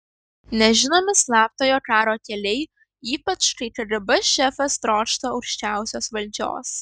nežinomi slaptojo karo keliai ypač kai kgb šefas trokšta aukščiausios valdžios